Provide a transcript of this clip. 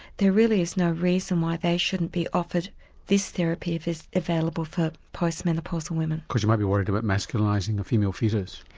there really is no reason why they shouldn't be offered this therapy if it's available for post-menopausal women. because you might be worried about masculinising the female foetus?